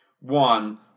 one